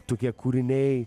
tokie kūriniai